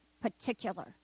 particular